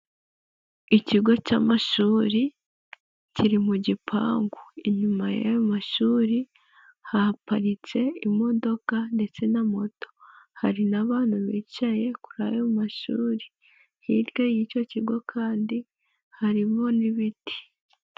Ikigo cy'amashuri kiri mu gipangu. Inyuma y'amashuri haparitse imodoka ndetse na moto. Hari n'abantu bicaye kuri ayo mashuri. Hirya y'icyo kigo kandi harimo n'ibiti.